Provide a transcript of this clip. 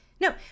No